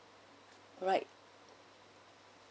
right